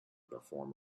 perform